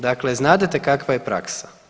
Dakle, znadete kakva je praksa.